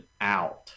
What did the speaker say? out